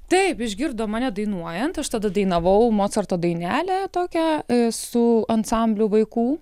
taip išgirdo mane dainuojant aš tada dainavau mocarto dainelę tokią su ansambliu vaikų